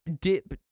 dip